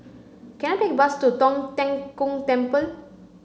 can I take a bus to Tong Tien Kung Temple